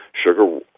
Sugar